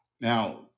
Now